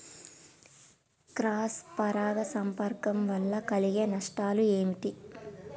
Cross పరాగ సంపర్కం వల్ల కలిగే నష్టాలు ఏమిటి?